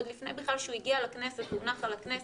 עוד לפני בכלל שהוא הגיע לכנסת והונח בכנסת,